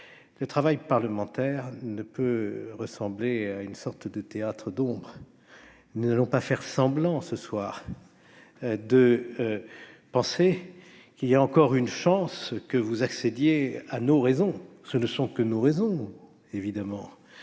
Le travail parlementaire ne peut ressembler à une sorte de théâtre d'ombres. Nous n'allons donc pas faire semblant, ce soir, de penser qu'il y a encore une chance que vous accédiez à nos raisons. Évidemment, ce ne sont que nos raisons ; il faut